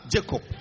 Jacob